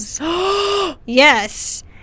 Yes